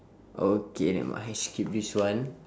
okay never mind skip this one